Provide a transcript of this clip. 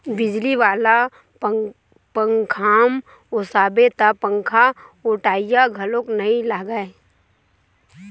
बिजली वाला पंखाम ओसाबे त पंखाओटइया घलोक नइ लागय